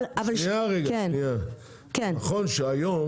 שנייה רגע שנייה, נכון שהיום